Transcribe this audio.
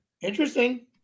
Interesting